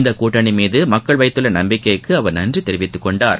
இந்த கூட்டணி மீது மக்கள் வைத்துள்ள நம்பிக்கைக்கு அவர் நன்றி தெரிவித்துக்கொண்டார்